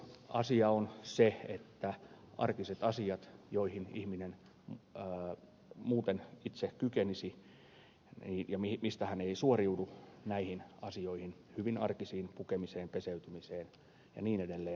perusasia on se että näihin hyvin arkisiin asioihin joihin ihminen muuten itse kykenisi ja joista hän ei suoriudu pukemiseen peseytymiseen ja niin edelleen